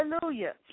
Hallelujah